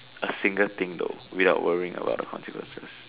a single thing though without worrying about the consequences